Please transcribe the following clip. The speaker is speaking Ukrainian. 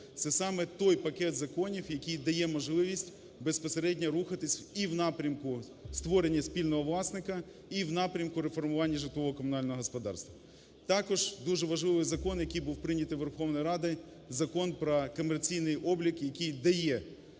це саме той пакет законів, який дає можливість безпосередньо рухатись і в напрямку створення спільного власника, і в напрямку реформування житлово-комунального господарства. Також дуже важливий закон, який був прийнятий Верховною Радою, - Закон про комерційний облік, який дає